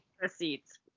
receipts